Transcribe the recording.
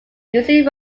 usually